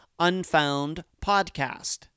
unfoundpodcast